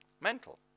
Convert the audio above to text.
Mental